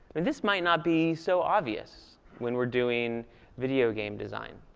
and this might not be so obvious when we're doing video game design.